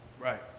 Right